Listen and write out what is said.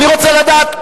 אני רוצה לדעת,